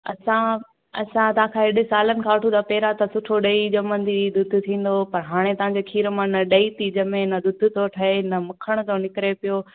असां असां तव्हां खां हेॾे सालनि खां वठूं था पहिरां त सुठो ॾही ॼमंदी हुई ॾुधु थींदो हुओ पर हाणे तव्हांजे खीरु मां न ॾही थी ॼमे न ॾुधु थो ठहे न मखणु थो निकिरे पियो